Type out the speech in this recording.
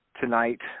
tonight